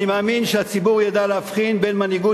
אני מאמין שהציבור ידע להבחין בין מנהיגות